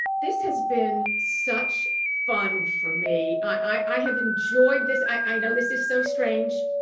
this has been such fun for me. i have enjoyed this. i know this is so strange,